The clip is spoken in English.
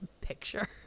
picture